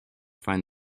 find